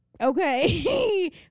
okay